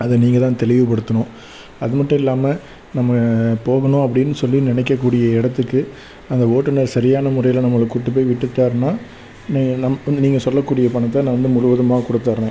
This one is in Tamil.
அதை நீங்கள் தான் தெளிவு படுத்துணும் அதுமட்டும் இல்லாமல் நம்ம போகணும் அப்படினு சொல்லி நினைக்கக்கூடிய இடத்துக்கு அந்த ஓட்டுநர் சரியான முறையில் நம்மளை கூட்டுப்போய் விட்டுட்டார்னா நீங்கள் சொல்லக்கூடிய பணத்தை நான் வந்து முழுவதுமாக கொடுத்துர்றேன்